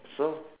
so